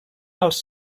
als